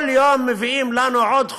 כל יום מביאים לנו עוד חוק,